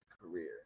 career